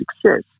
success